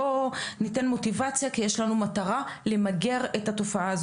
בוא ניתן מוטיבציה כי יש לנו מטרה למגר את התופעה,